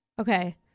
okay